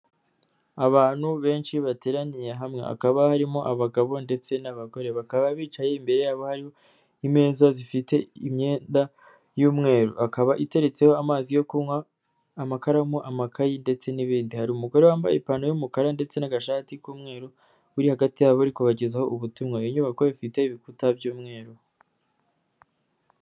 Abantu benshi bateraniye hamwe hakaba harimo abagabo ndetse n'abagore, bakaba bicaye imbere yabo hari imeza zifite imyenda y'umweru, akaba iteretseho amazi yo kunywa amakaramu amakayi ndetse n'ibindi. Hari umugore wambaye ipantaro y'umukara ndetse n'agashati k'umweru uri hagati yabo kubagezaho ubutumwa. Inyubako ifite ibikuta by'umweru